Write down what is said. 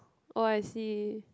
oh I see